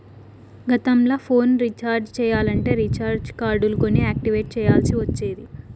గతంల phone recharge చెయ్యాలంటే recharge కార్డులు కొని యాక్టివేట్ చెయ్యాల్ల్సి ఒచ్చేది